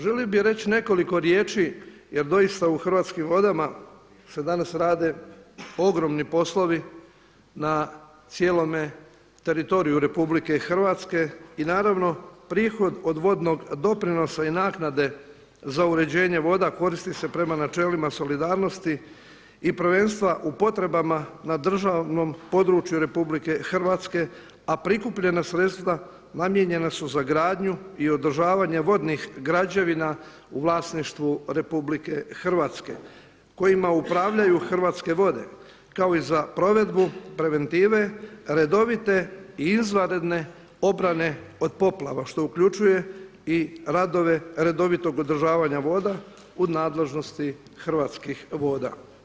Želio bi reći nekoliko riječi jer doista u Hrvatskim vodama se danas rade ogromni poslovi na cijelome teritoriju RH i naravno prihod od vodnog doprinosa i naknade za uređenje voda koristi se prema načelima solidarnosti i prvenstva u potrebama na državnom području RH a prikupljena sredstva namijenjena su za gradnju i održavanje vodnih građevina u vlasništvu RH kojima upravljaju Hrvatske vode kao i za provedbu preventive redovite i izvanredne obrane od poplava što uključuje i radove redovitog održavanja voda u nadležnosti Hrvatskih voda.